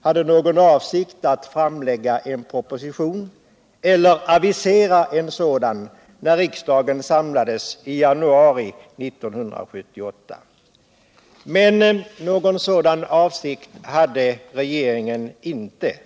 hade för avsikt att framlägga en proposition — eller avisera en sådan när riksdagen samlades i januari 1978. Någon sådan avsikt hade regeringen inte.